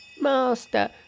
Master